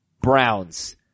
browns